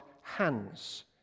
hands